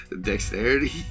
Dexterity